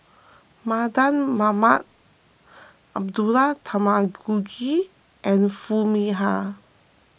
Mardan Mamat Abdullah Tarmugi and Foo Mee Har